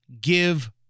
give